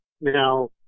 now